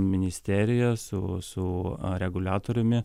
ministerija su su reguliatoriumi